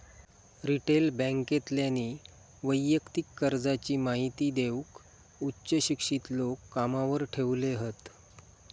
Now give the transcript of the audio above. retail बॅन्केतल्यानी वैयक्तिक कर्जाची महिती देऊक उच्च शिक्षित लोक कामावर ठेवले हत